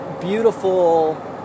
beautiful